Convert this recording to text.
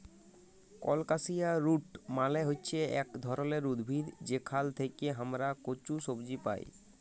colocasia root মালে হচ্যে ইক ধরলের উদ্ভিদ যেখাল থেক্যে হামরা কচু সবজি পাই